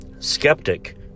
Skeptic